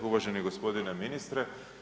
Uvaženi gospodine ministre.